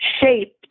shaped